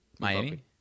Miami